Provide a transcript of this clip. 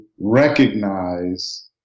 recognize